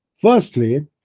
Firstly